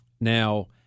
Now